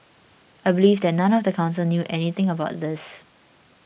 I believe that none of the council knew anything about this